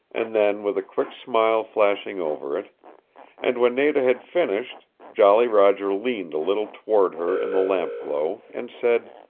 and then with a quick smile flashing over it and when nada had finished, jolly roger leaned a little toward her in the lampglow, and said,